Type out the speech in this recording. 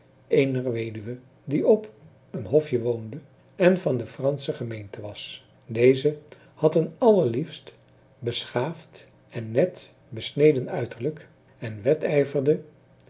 eener weduwe die op een hofje woonde en van de fransche gemeente was deze had een allerliefst beschaafd en net besneden uiterlijk en wedijverde